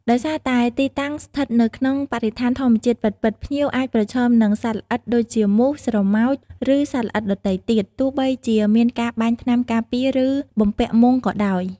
ដោយសារតែទីតាំងស្ថិតនៅក្នុងបរិស្ថានធម្មជាតិពិតៗ ភ្ញៀវអាចប្រឈមមុខនឹងសត្វល្អិត ដូចជាមូស ស្រមោច ឬសត្វល្អិតដទៃទៀត ទោះបីជាមានការបាញ់ថ្នាំការពារ ឬបំពាក់មុងក៏ដោយ។